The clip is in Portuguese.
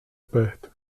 perto